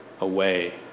away